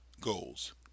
goals